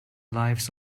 lives